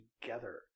together